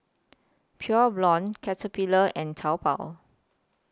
Pure Blonde Caterpillar and Taobao